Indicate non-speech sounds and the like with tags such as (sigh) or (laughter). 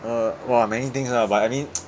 uh !wah! many things ah but I mean (noise)